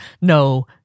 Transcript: no